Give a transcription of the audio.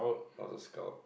I was a scout